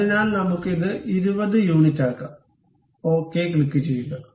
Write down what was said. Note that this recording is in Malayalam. അതിനാൽ നമുക്ക് ഇത് 20 യൂണിറ്റാക്കാംഓക്കേ ക്ലിക്കുചെയ്യുക